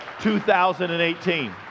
2018